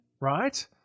right